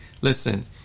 Listen